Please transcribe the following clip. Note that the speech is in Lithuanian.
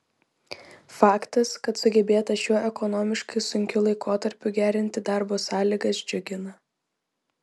faktas kad sugebėta šiuo ekonomiškai sunkiu laikotarpiu gerinti darbo sąlygas džiugina